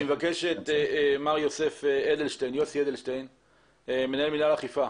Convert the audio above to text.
אני מבקש את מר יוסף אדלשטיין, מנהל מינהל אכיפה.